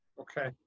Okay